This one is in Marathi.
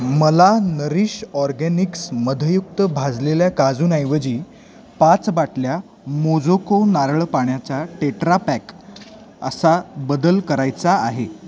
मला नरीश ऑरगॅनिक्स मधयुक्त भाजलेल्या काजूंऐवजी पाच बाटल्या मोझोको नारळ पाण्याच्या टेट्रा पॅक असा बदल करायचा आहे